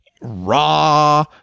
raw